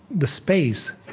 the space,